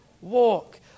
walk